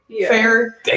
fair